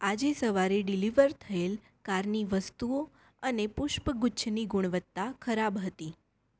આજે સવારે ડિલિવર થયેલ કારની વસ્તુઓ અને પુષ્પગુચ્છની ગુણવત્તા ખરાબ હતી